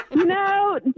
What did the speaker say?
No